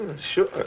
Sure